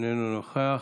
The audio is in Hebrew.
איננו נוכח.